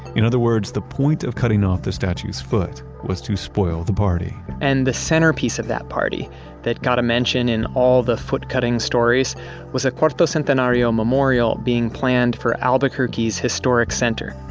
in other words, the point of cutting off the statue's foot was to spoil the party and the centerpiece of that party that got a mention in all the foot cutting stories was a cuartocentenario memorial being planned for albuquerque's historic center.